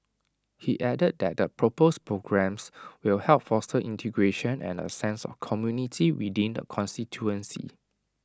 he added that the proposed programmes will help foster integration and A sense of community within the constituency